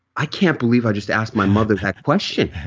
i can't believe i just asked my mother that question.